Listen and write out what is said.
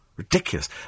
Ridiculous